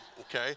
okay